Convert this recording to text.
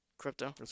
Crypto